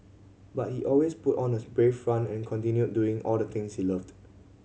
but he always put on a brave front and continued doing all the things he loved